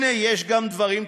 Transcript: כן, יש גם דברים טובים: